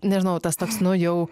nežinau tas toks nu jau